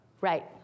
Right